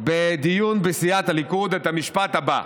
בדיון בסיעת הליכוד את המשפט הבא: